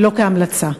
ולא כהמלצה.